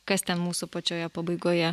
kas ten mūsų pačioje pabaigoje